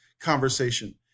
conversation